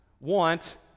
want